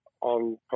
on